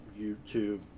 YouTube